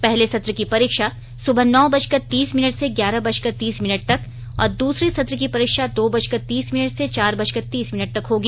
पहले सत्र की परीक्षा सुबह नौ बजकर तीस मिनट से ग्यारह बजकर तीस मिनट तक और दूसरे सत्र की परीक्षा दो बजकर तीस मिनट से चार बजकर तीस मिनट तक होगी